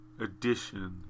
edition